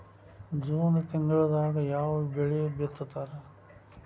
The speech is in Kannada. ಜೂನ್ ತಿಂಗಳದಾಗ ಯಾವ ಬೆಳಿ ಬಿತ್ತತಾರ?